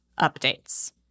updates